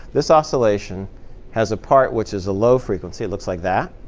this oscillation has a part which is a low frequency. it looks like that.